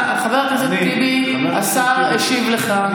חבר הכנסת טיבי, השר השיב לך.